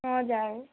हजुर